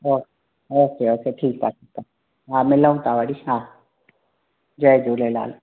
हा okay okay ठीकु आहे हा मिलूं था वरी हा जय झूलेलाल